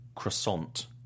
Croissant